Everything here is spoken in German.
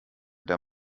der